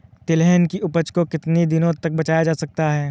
तिलहन की उपज को कितनी दिनों तक बचाया जा सकता है?